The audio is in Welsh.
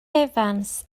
evans